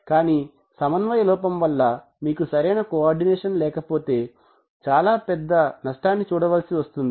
కానీ సమన్వయ లోపం వల్ల మీకు సరైన కో ఆర్డినేషన్ లేకపోతే చాలా పెద్ద నష్టాన్ని చూడాల్సి వస్తుంది